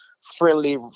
friendly